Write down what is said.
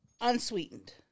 Unsweetened